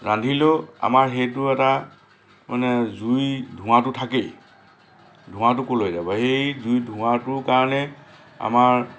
ৰান্ধিলেও আমাৰ সেইটোও এটা মানে জুই ধোঁৱাটো থাকেই ধোৱাঁটো ক'লৈ যাব সেই জুই ধোঁৱাটোৰ কাৰণে আমাৰ